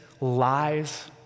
lies